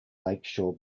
lakeshore